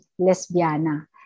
lesbiana